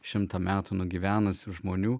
šimtą metų nugyvenusių žmonių